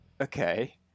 okay